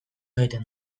egiten